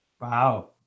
Wow